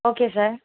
okay sir